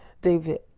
David